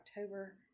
October